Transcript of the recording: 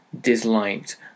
disliked